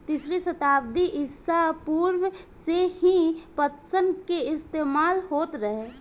तीसरी सताब्दी ईसा पूर्व से ही पटसन के इस्तेमाल होत रहे